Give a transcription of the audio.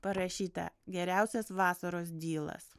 parašyta geriausias vasaros dylas